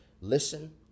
Listen